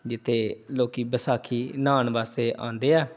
ਜਿੱਥੇ ਲੋਕ ਵਿਸਾਖੀ ਨਹਾਉਣ ਵਾਸਤੇ ਆਉਂਦੇ ਆ